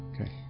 Okay